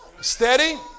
Steady